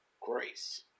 grace